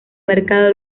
mercado